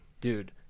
Dude